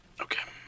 Okay